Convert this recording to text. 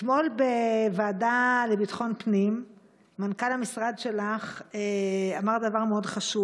אתמול בוועדה לביטחון פנים מנכ"ל המשרד שלך אמר דבר מאוד חשוב.